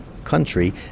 country